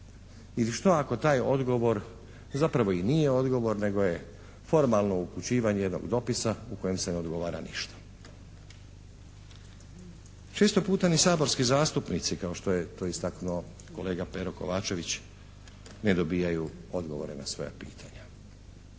ili što ako taj odgovor nije odgovor nego je formalno upućivanje jednog dopisa u kojem se ne odgovara ništa? Često puta ni saborski zastupnici kao što je to istaknuo kolega Pero Kovačević ne dobijaju odgovore na svoja pitanja.